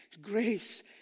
grace